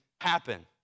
happen